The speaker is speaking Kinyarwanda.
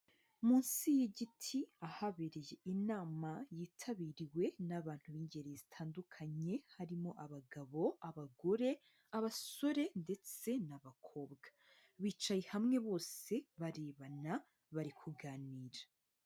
Munsi y'igiti ahabereye inama yitabiriwe n'abantu b'ingeri zitandukanye harimo abagabo, abagore, abasore ndetse n'abakobwa, bicaye hamwe bose barebana bari kuganira.